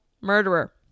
murderer